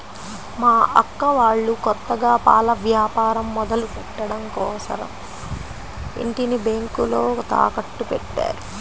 మా అక్క వాళ్ళు కొత్తగా పాల వ్యాపారం మొదలుపెట్టడం కోసరం ఇంటిని బ్యేంకులో తాకట్టుపెట్టారు